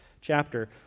chapter